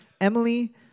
Emily